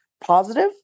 positive